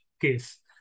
case